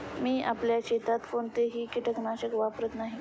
मी आपल्या शेतात कोणतेही कीटकनाशक वापरत नाही